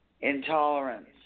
intolerance